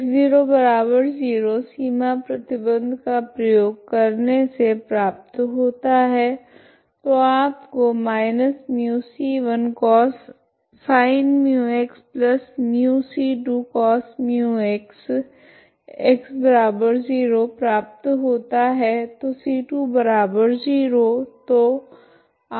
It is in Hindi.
X0 सीमा प्रतिबंध का प्रयोग करने से प्राप्त होता है तो आपको −μc1sinμxμc2cosμx ¿ x0 प्राप्त होता है तो c20